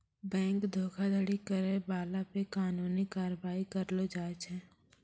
bank धोखाधड़ी करै बाला पे कानूनी कारबाइ करलो जाय छै